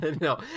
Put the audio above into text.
no